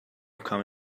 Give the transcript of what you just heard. come